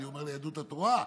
אני אומר: ליהדות התורה,